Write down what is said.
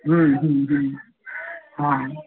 हूँ हूँ हूँ हँ